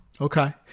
Okay